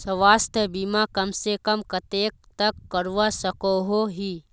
स्वास्थ्य बीमा कम से कम कतेक तक करवा सकोहो ही?